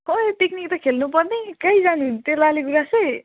खोइ पिकनिक त खेल्नु पर्ने कहीँ जानु त्यही लाली गुराँसै